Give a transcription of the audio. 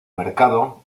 mercado